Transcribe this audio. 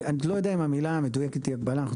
אני לא יודע אם המילה המדויקת היא הגבלה,